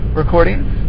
recordings